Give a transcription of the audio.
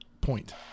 point